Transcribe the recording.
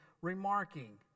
Remarking